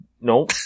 No